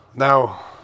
Now